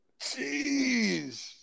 Jeez